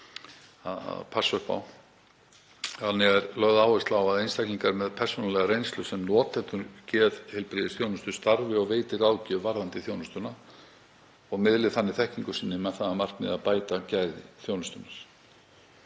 Þannig er lögð áhersla á að einstaklingar með persónulega reynslu sem notendur geðheilbrigðisþjónustu starfi og veiti ráðgjöf varðandi þjónustuna og miðli þannig þekkingu sinni með það að markmiði að bæta gæði þjónustunnar.